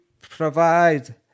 provide